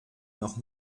noch